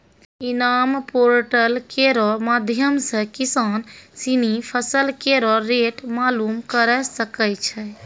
इनाम पोर्टल केरो माध्यम सें किसान सिनी फसल केरो रेट मालूम करे सकै छै